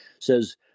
Says